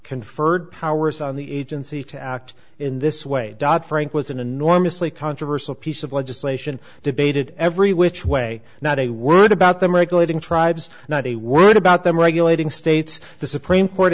conferred powers on the agency to act in this way dodd frank was an enormously controversial piece of legislation debated every which way not a word about them regulating tribes not a word about them regulating states the supreme court